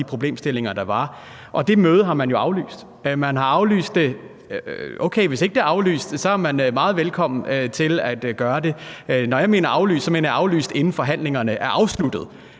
(Transportministeren ryster på hovedet). Okay, hvis ikke det er aflyst, så er man meget velkommen til at komme. Når jeg siger aflyst, mener jeg aflyst, inden forhandlingerne er afsluttet.